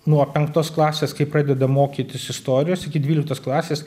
nuo penktos klasės kai pradeda mokytis istorijos iki dvyliktos klasės